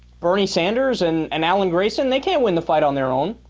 bernie sanders and an alan grayson they can win the fight on their own